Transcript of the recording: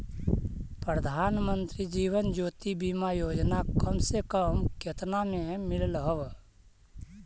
प्रधानमंत्री जीवन ज्योति बीमा योजना कम से कम केतना में मिल हव